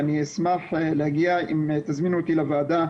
ואשמח להגיע אם תזמינו אותי לוועדה,